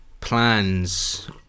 plans